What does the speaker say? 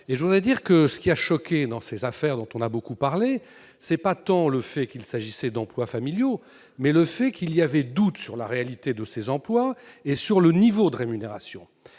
; ce texte le prouve. Ce qui a choqué, dans ces affaires dont on a beaucoup parlé, ce n'est pas tant le fait qu'il s'agissait d'emplois familiaux que le doute sur la réalité de ces emplois et sur le niveau de rémunération